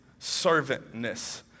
servantness